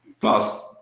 Plus